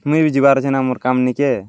ମୁଇଁ ବି ଯିବାର୍ ଅଛେ ନା ମୋର୍ କାମ୍ନିକେ